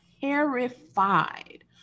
terrified